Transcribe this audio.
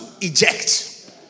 eject